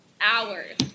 Hours